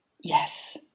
yes